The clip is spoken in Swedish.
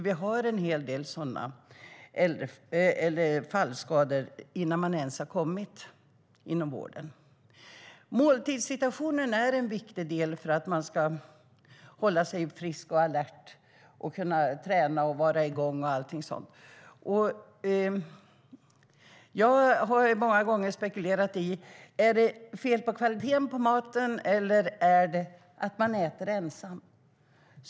Vi ser en hel del sådana fallskador bland äldre som inte ens har kommit in inom vården. Måltidssituationen är en viktig del för att man ska hålla sig frisk och alert, kunna träna och vara igång och allting sådant. Jag har många gånger spekulerat i om det är fel på kvaliteten på maten eller om det handlar om att man äter ensam.